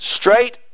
straight